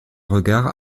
regard